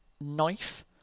knife